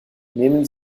nehmen